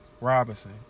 Robinson